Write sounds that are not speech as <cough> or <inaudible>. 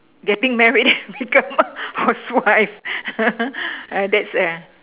getting married <laughs> become a housewife <laughs> uh that's a